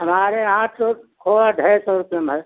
हमारे यहाँ तो खोआ ढई सौ रुपये में है